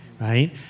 right